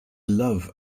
love